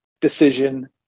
decision